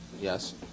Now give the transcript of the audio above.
yes